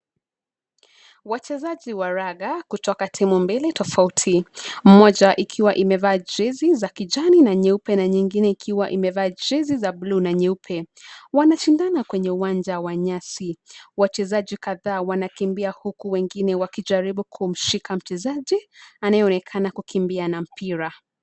Wachezaji wa raga kutoka timu mbili tofauti, moja ikiwa imevaa jezi za kijani na nyeupe na nyingine ikiwa imevaa jezi za buluu na nyeupe. Wanashindana kwenye uwanja wa nyasi, wachezaji wanakimbia huku wengine wakijaribu kumshika mchezaji anaye onekana kukimbia na mpira.